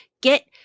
get